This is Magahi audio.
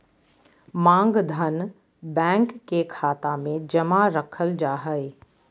मांग धन, बैंक के खाता मे जमा रखल जा हय